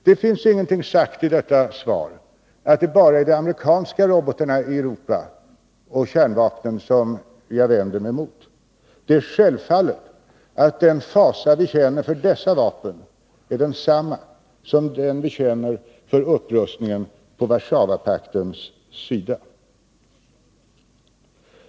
Det finns ingenting sagt i detta svar om att det bara är de amerikanska robotarna och kärnvapnen i Europa som jag vänder mig mot. Det är självklart att den fasa som vi känner för dessa vapen är densamma som den vi känner för upprustningen på Warszawapaktens sida.